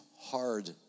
hard